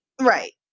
Right